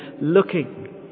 looking